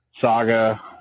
Saga